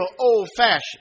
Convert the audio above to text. old-fashioned